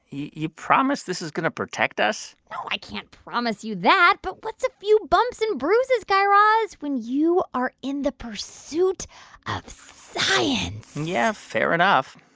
you promise this is going to protect us? no, i can't promise you that. but what's a few bumps and bruises, guy raz, when you are in the pursuit of science? yeah, fair enough.